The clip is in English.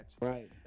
Right